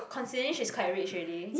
considering she's quite rich already